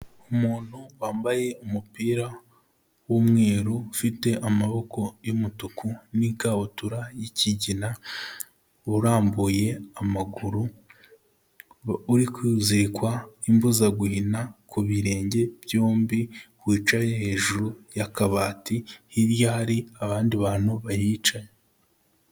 Umuntu wambaye umupira w'umweru, ufite amaboko y'umutuku n'ikabutura y'ikigina, urambuye amaguru uri kuzirikwa imbuzaguhina ku birenge byombi, wicaye hejuru y'akabati hirya hari abandi bantu bahicaye.